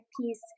piece